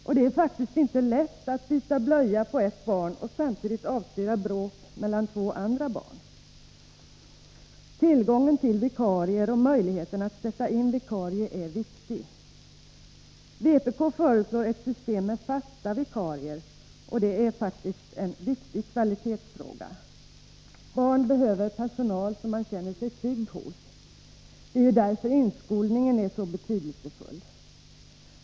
Och det är faktiskt inte lätt att byta blöja på ett barn och samtidigt avstyra bråk mellan två andra barn. Tillgången på vikarier och möjligheten att sätta in vikarie är viktig. Vpk föreslår ett system med fasta vikarier, och det är faktiskt en viktig kvalitetsfråga. Barn behöver en personal som de känner sig trygga hos. Det är ju därför inskolningen är så betydelsefull.